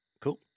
Cool